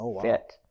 fit